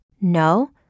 No